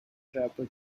trapper